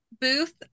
booth